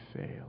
fail